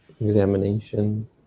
examination